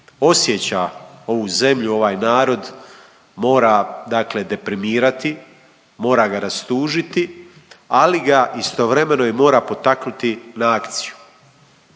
osjeća ovu zemlju, ovaj narod mora dakle deprimirati, mora ga rastužiti, ali ga istovremeno i mora potaknuti na akciju.